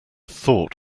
thought